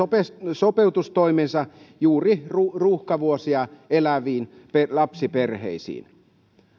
sopeutustoimensa juuri ruuhkavuosia eläviin lapsiperheisiin